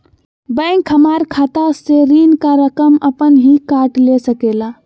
Bank हमार खाता से ऋण का रकम अपन हीं काट ले सकेला?